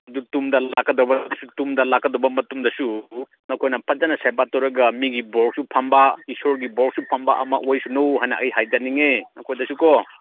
ꯑꯗꯨ ꯇꯨꯡꯗ ꯂꯥꯛꯀꯗꯧꯕ ꯑꯣꯏꯔꯁꯨ ꯇꯨꯡꯗ ꯂꯥꯛꯀꯗꯧꯕ ꯃꯇꯨꯡꯗꯁꯨ ꯅꯈꯣꯏꯅ ꯐꯖꯅ ꯁꯦꯕꯥ ꯇꯧꯔꯒ ꯃꯤꯒꯤ ꯕꯣꯔꯁꯨ ꯐꯪꯕ ꯏꯁꯣꯔꯒꯤ ꯕꯣꯔꯁꯨ ꯐꯪꯕ ꯑꯃ ꯑꯣꯏꯁꯅꯨ ꯍꯥꯏꯅ ꯑꯩ ꯍꯥꯏꯖꯅꯤꯡꯉꯦ ꯅꯈꯣꯏꯗꯁꯨ ꯀꯣ